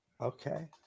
Okay